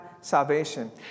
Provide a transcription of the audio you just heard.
salvation